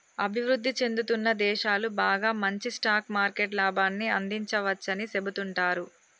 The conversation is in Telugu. అభివృద్ధి చెందుతున్న దేశాలు బాగా మంచి స్టాక్ మార్కెట్ లాభాన్ని అందించవచ్చని సెబుతుంటారు